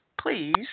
please